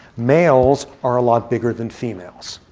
males are a lot bigger than females.